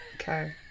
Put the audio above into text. Okay